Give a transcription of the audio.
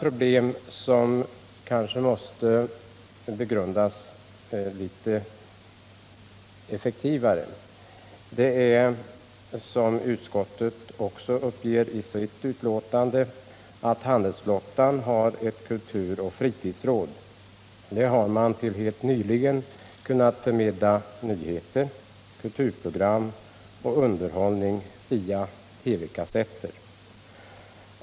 Något som kanske borde begrundas litet mera är, som utskottet uppger i sitt betänkande, möjligheterna att i detta sammanhang utnyttja handelsflottans kulturoch fritidsråd. Detta har till helt nyligen kunnat förmedla nyheter, kulturprogram och underhållning via TV-kasetter.